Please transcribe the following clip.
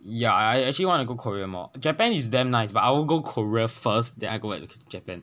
ya I I actually want to go korea more japan is damn nice but I want go korea first then I go back to japan